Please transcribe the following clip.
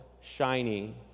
shiny